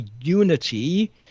unity